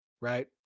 right